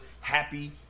happy